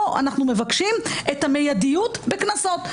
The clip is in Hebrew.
פה אנחנו מבקשים את המידיות בקנסות,